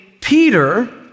Peter